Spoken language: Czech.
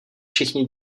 všichni